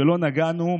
שנגענו,